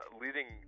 leading